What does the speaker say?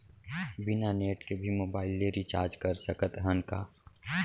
बिना नेट के भी मोबाइल ले रिचार्ज कर सकत हन का?